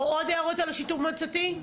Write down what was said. עוד הערות על השיטור מועצתי?